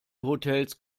hotels